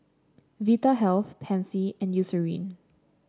Vitahealth Pansy and Eucerin